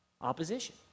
opposition